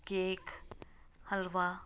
cake ਹਲਵਾ